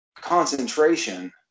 concentration